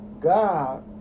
God